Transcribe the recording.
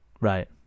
Right